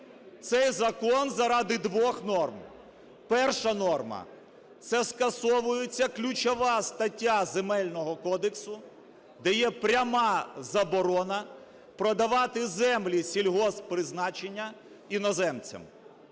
Цей закон заради двох норм. Перша норма – це скасовується ключова стаття Земельного кодексу, де є пряма заборона продавати землі сільгосппризначення іноземцям.